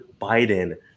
Biden